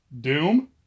Doom